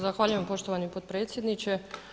Zahvaljujem poštovani potpredsjedniče.